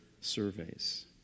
surveys